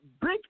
Big